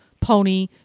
pony